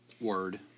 Word